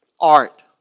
art